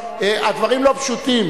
הדברים לא פשוטים,